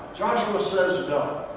joshua says no.